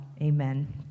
amen